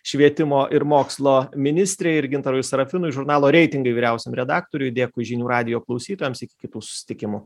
švietimo ir mokslo ministrei ir gintarui sarafinui žurnalo reitingai vyriausiam redaktoriui dėkui žinių radijo klausytojams iki kitų susitikimų